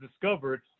discovered